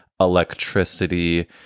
electricity